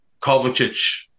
Kovacic